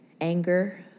anger